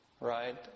right